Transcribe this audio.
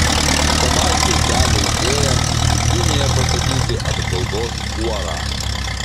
sabaitis dega idėja smiltynėje pastatyti apžvalgos kuorą